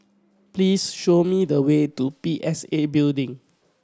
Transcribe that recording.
please show me the way to P S A Building